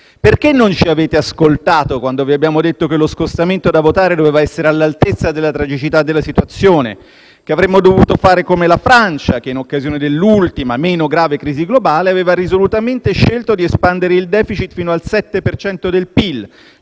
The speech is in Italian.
Perché non ci avete ascoltato, quando vi abbiamo detto che lo scostamento da votare doveva essere all'altezza della tragicità della situazione e che avremmo dovuto fare come la Francia, che in occasione dell'ultima, meno grave, crisi globale aveva risolutamente scelto di espandere il *deficit* fino al 7 per